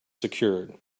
secured